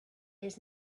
his